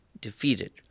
defeated